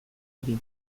hori